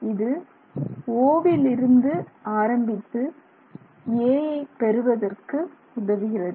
இது O வில் இருந்து ஆரம்பித்து A ஐ பெறுவதற்கு உதவுகிறது